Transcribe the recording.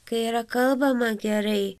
kai yra kalbama gerai